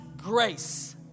grace